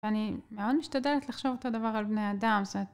אני מאוד משתדלת לחשוב אותו דבר על בני אדם, זתומרת.